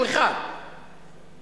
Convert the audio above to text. שהוא אחד: איציק,